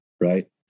right